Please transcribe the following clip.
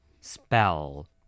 Spell